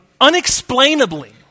unexplainably